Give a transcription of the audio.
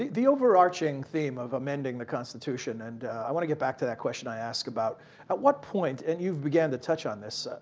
the the overarching theme of amending the constitution. and i want to get back to the question i asked about at what point and you began to touch on this.